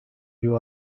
you